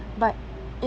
but